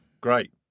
Great